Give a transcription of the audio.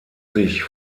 sich